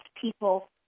people